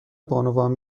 بانوان